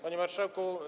Panie Marszałku!